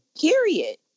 period